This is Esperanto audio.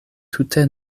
tute